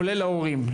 כולל ההורים,